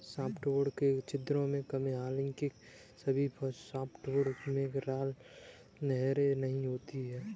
softwood में छिद्रों की कमी हालांकि सभी सॉफ्टवुड में राल नहरें नहीं होती है